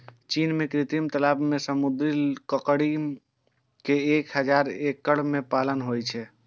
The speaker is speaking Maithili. चीन मे कृत्रिम तालाब मे समुद्री ककड़ी के एक हजार एकड़ मे पालन होइ छै